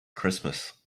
christmas